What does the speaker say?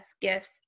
gifts